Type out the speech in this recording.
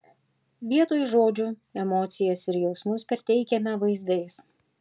vietoj žodžių emocijas ir jausmus perteikiame vaizdais